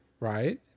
Right